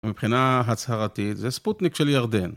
מבחינה הצהרתית זה ספוטניק של ירדן.